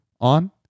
on